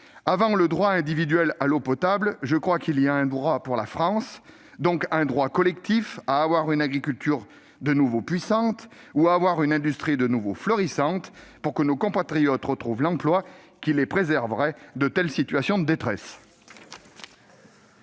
Avant le droit individuel à l'eau potable, je crois qu'il y a un droit pour la France, donc un droit collectif, à avoir une agriculture de nouveau puissante et une industrie de nouveau florissante, pour que nos compatriotes retrouvent l'emploi qui les préserverait de telles situations de détresse.